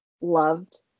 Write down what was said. loved